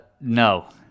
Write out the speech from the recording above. No